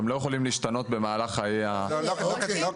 הם לא יכולים להשתנות במהלך חיי --- זה לא כתוב.